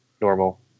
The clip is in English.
normal